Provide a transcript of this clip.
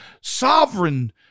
sovereign